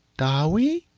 dolly.